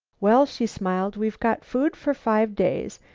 well, she smiled, we've got food for five days,